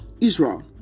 Israel